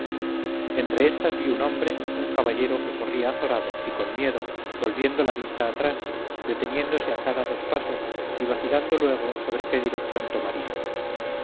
entre estas vi un hombre un caballero que corría azorado y con miedo volviendo la vista atrás deteniéndose a cada dos pasos y vacilando luego sobre qué dirección tomaría